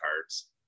cards